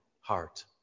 heart